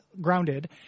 grounded